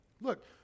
Look